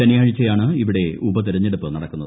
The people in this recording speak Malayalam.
ശനിയാഴ്ചയാണ് ഇവിടെ ഉപതെരഞ്ഞെടുപ്പ് നടക്കുന്നത്